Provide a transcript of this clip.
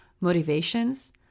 motivations